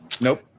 Nope